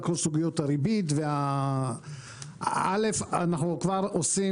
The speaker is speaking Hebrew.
אם אתם רוצים